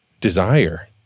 desire